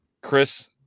Chris